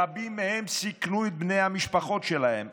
רבים מהם סיכנו את בני המשפחות שלהם.